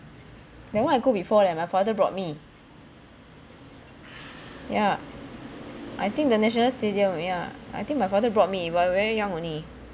that one I go before leh my father brought me yeah I think the national stadium yeah I think my father brought me when I very young only